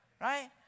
right